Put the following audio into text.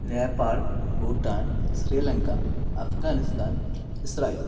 Nepal Bhutan Sri Lanka Afghanistan Israel